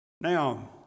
Now